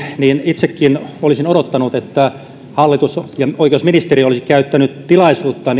itsekin olisin odottanut että hallitus ja oikeusministeriö olisivat käyttäneet tilaisuuden